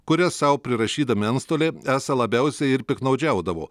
kurias sau prirašydami antstoliai esą labiausiai ir piktnaudžiaudavo